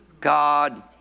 God